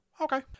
Okay